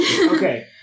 Okay